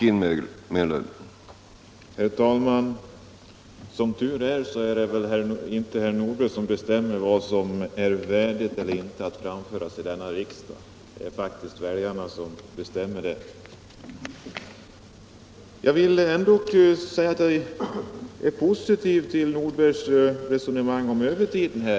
Herr talman! Som tur är så är det väl inte herr Nordberg som bestämmer vad som är värdigt eller inte att framföras i denna riksdag. Det är faktiskt väljarna som bestämmer det. Jag vill ändock säga att jag är positiv till herr Nordbergs resonemang om övertiden.